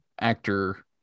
actor